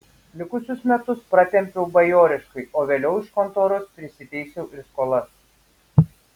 likusius metus pratempiau bajoriškai o vėliau iš kontoros prisiteisiau ir skolas